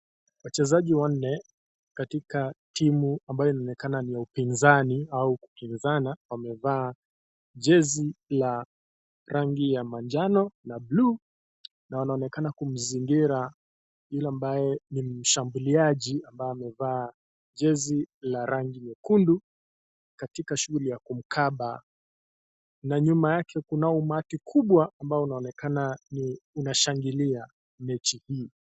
Wachezaji wanne katika timu mbayo inayoonekana ni ya upinzani wamevaa jezi la rangi ya manjano na blue na wanaonekana kumzingira yule ambaye ni mshambuliaji ambaye amevaa jezi la rangi nyekundu katika shughuli ya kumkaba na nyuma yake kuna umati kubwa unaoonekana kushangilia mechi hii.